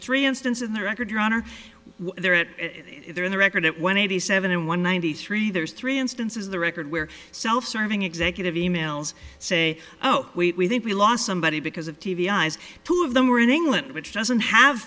three instances in the record your honor there it there in the record it went eighty seven in one ninety three there's three instances the record where self serving executive emails say oh we think we lost somebody because of t v eyes two of them were in england which doesn't have